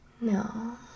No